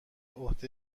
عهده